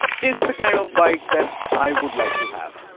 just the kind of bike that i would like to have!